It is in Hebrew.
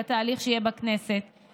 בתהליך שיהיה בכנסת.